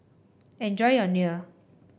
enjoy your Kheer